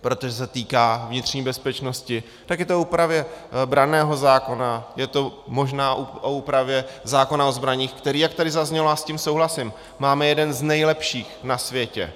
Protože se týká vnitřní bezpečnosti, tak je to o úpravě branného zákona, je to možná o úpravě zákona o zbraních, který, jak tady zaznělo, a s tím já souhlasím, máme jeden z nejlepších na světě.